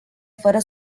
fără